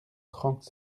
trente